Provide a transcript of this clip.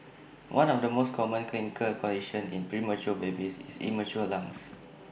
one of the most common clinical conditions in premature babies is immature lungs